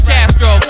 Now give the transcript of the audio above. Castro